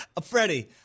Freddie